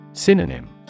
Synonym